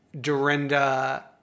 Dorinda